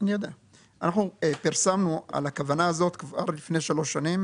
אנחנו פרסמנו על הכוונה הזאת כבר לפני שלוש שנים,